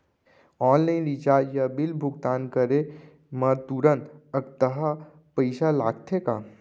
Online recharge या bill भुगतान करे मा तुरंत अक्तहा पइसा लागथे का?